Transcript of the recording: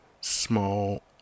small